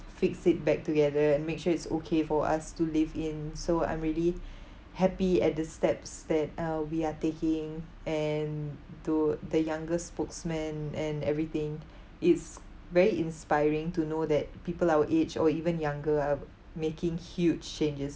fix it back together and make sure it's okay for us to live in so I'm really happy at the steps that uh we are taking and to the younger spokesmen and everything it's very inspiring to know that people our age or even younger are making huge changes